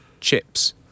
chips